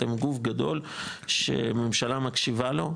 אתם גוף גדול שהממשלה מקשיבה לו.